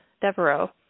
Devereaux